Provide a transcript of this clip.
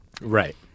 Right